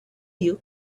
you